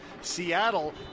seattle